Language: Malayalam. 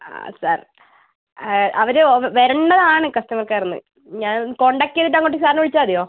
ആ സാർ അവർ വരേണ്ടതാണ് കസ്റ്റമർ കെയറിൽ നിന്ന് ഞാൻ കോൺടാക്ട് ചെയ്തിട്ട് അങ്ങോട്ട് സാറിനെ വിളിച്ചാൽ മതിയോ